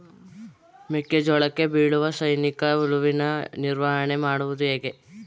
ಮೆಕ್ಕೆ ಜೋಳಕ್ಕೆ ಬೀಳುವ ಸೈನಿಕ ಹುಳುವಿನ ನಿರ್ವಹಣೆ ಮಾಡುವುದು ಹೇಗೆ?